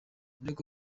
ariko